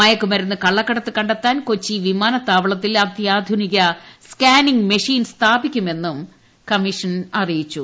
മയക്കുമരുന്ന് കള്ളക്കടത്ത് കണ്ടെത്താൻ കൊച്ചി വിമാനത്താവളത്തിൽ അത്യാധുനിക സ്കാനിംഗ് മെഷീൻ സ്ഥാപിക്കുമെന്നും കമ്മീഷൻ അറിയിച്ചു